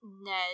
Ned